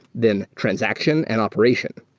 then transaction, and operation.